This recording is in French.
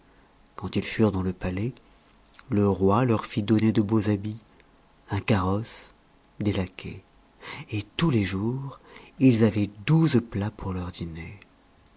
quand ils furent dans le palais le roi leur fit donner de beaux habits un carrosse des laquais et tous les jours ils avaient douze plats pour leur dîner